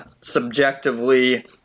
subjectively